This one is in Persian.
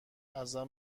ازم